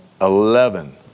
Eleven